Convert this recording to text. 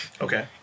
Okay